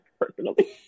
personally